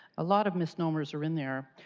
a lot of misnomer's are in there.